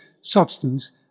substance